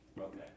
Okay